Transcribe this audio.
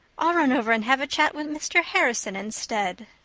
i'll run over and have a chat with mr. harrison instead.